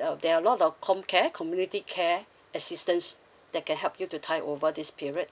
uh there are a lot of com care community care assistance that can help you to tie over this period